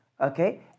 Okay